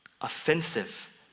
offensive